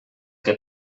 que